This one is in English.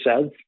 says